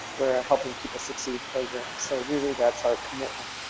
we're a helping people succeed program. so really that's our commitment.